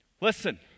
Listen